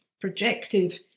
projective